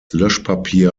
löschpapier